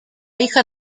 hija